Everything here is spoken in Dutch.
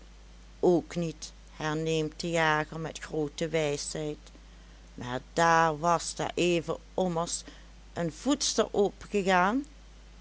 ook niet herneemt de jager met groote wijsheid maar daar was daareven ommers een voedster opëgaan